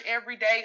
everyday